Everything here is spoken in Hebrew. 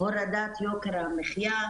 הורדת יוקר המחיה,